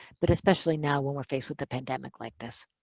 but especially now when we're faced with a pandemic like this.